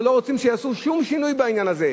אנחנו לא רוצים שיעשו שום שינוי בעניין הזה.